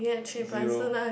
zero